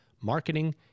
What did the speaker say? marketing